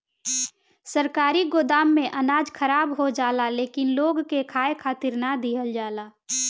सरकारी गोदाम में अनाज खराब हो जाला लेकिन लोग के खाए खातिर ना दिहल जाला